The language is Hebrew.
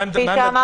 ועל פי זה,